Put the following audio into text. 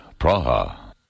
Praha